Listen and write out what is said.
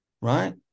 right